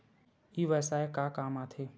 ई व्यवसाय का काम आथे?